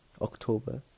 October